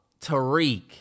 Tariq